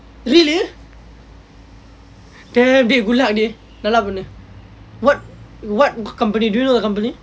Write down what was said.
really damn good dey good luck dey நல்லா பண்ணு:nallaa pannu what what company do you know the company